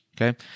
Okay